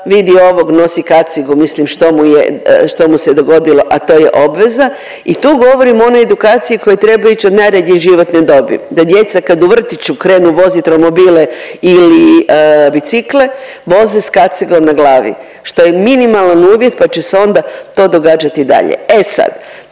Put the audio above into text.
vidi ovog nosi kacigu, mislim što mu je, što mu se dogodilo, a to je obveza i tu govorim o onoj edukaciji koja treba ić od najranije životne dobi, da djeca kad u vrtiću krenu vozit romobile ili bicikle, voze s kacigom na glavi, što je minimalan uvjet pa će se onda to događat i dalje. E sad,